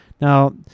Now